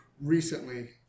recently